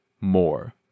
more